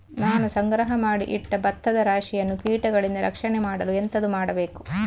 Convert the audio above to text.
ನಾನು ಸಂಗ್ರಹ ಮಾಡಿ ಇಟ್ಟ ಭತ್ತದ ರಾಶಿಯನ್ನು ಕೀಟಗಳಿಂದ ರಕ್ಷಣೆ ಮಾಡಲು ಎಂತದು ಮಾಡಬೇಕು?